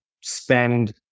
spend